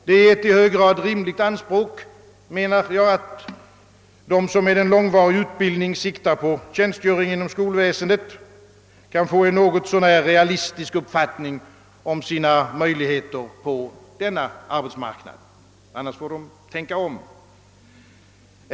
Det är ett i hög grad rimligt anspråk, att de som med en långvarig utbildning siktar på tjänstgöring inom skolväsendet kan få en något så när realistisk uppfattning om sina möjligheter på denna arbetsmarknad; skulle de försämras får de tänka om.